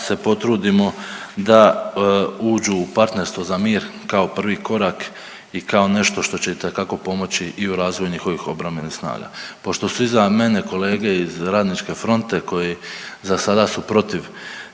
se potrudimo da uđu u partnerstvo za mir kao prvi korak i kao nešto što će itekako pomoći i u razvoju njihovih obrambenih snaga. Pošto su iza mene kolege iz Radničke fronte koji za sada su protiv